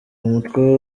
umutwe